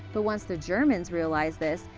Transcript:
but once the germans realized this,